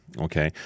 Okay